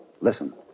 Listen